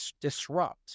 disrupt